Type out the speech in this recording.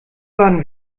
wann